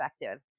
effective